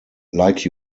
like